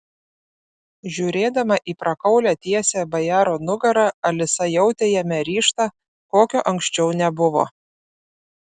žiūrėdama į prakaulią tiesią bajaro nugarą alisa jautė jame ryžtą kokio anksčiau nebuvo